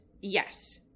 yes